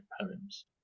poems